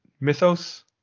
Mythos